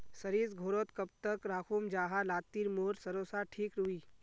सरिस घोरोत कब तक राखुम जाहा लात्तिर मोर सरोसा ठिक रुई?